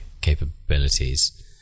capabilities